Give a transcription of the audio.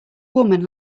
woman